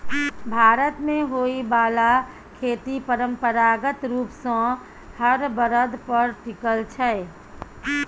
भारत मे होइ बाला खेती परंपरागत रूप सँ हर बरद पर टिकल छै